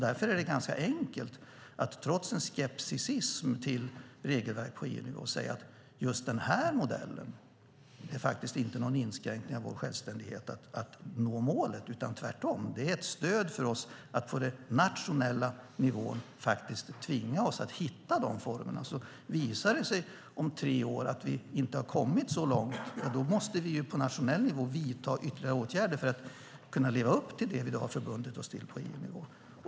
Därför är det enkelt att trots en skepticism till regelverk på EU-nivå säga att just den här modellen innebär faktiskt inte någon inskränkning av vår självständighet i fråga om att nå målet. Tvärtom är det ett stöd för oss att på den nationella nivå faktiskt tvinga oss att hitta formerna. Om det visar sig om tre år att vi inte har kommit så långt måste vi på nationell nivå vidta ytterligare åtgärder för att leva upp till det vi har förbundit oss till på EU-nivå.